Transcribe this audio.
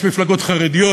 יש מפלגות חרדיות,